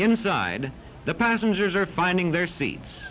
inside the passengers are finding their seats